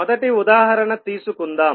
మొదటి ఉదాహరణ తీసుకుందాం